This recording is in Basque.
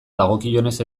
dagokionez